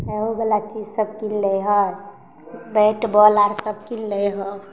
खाइओवला चीज सब किनि लै हइ बैट बॉल आओर सब किनि लै हइ